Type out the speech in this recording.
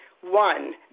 One